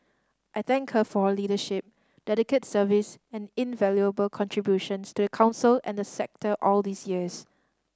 I thank her for her leadership dedicated service and invaluable contributions to the Council and the sector all these years